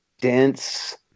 dense